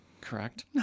Correct